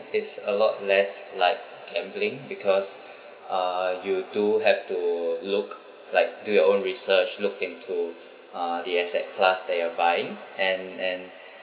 it's a lot less like gambling because uh you do have to look like do your own research look into uh the asset class that you are buying and and